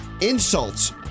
insults